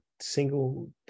single